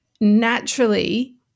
naturally